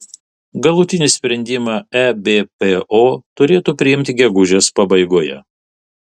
galutinį sprendimą ebpo turėtų priimti gegužės pabaigoje